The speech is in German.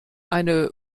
eine